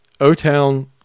O-Town